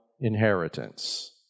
inheritance